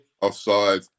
Offside